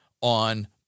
on